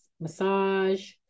massage